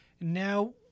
Now